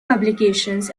publications